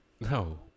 No